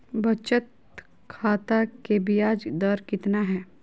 बचत खाता के बियाज दर कितना है?